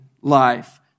life